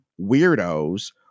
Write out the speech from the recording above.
weirdos